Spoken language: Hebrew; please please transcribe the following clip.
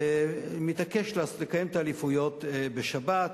לקיים את האליפויות בשבת.